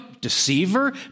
deceiver